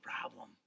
problem